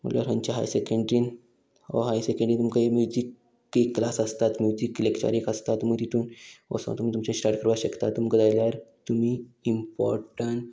म्हणल्यार खंयच्या हाय सेकेंड्रीन वो हाय सेकेंड्री तुमकां म्युजीक एक क्लास आसताच न्हू म्युजीक लेक्चर एक आसता तुमी तितून वसोन तुमी तुमचे स्टार्ट करपाक शकता तुमकां जाय जाल्यार तुमी इम्पोर्टंट